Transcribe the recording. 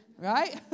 right